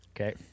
Okay